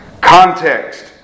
Context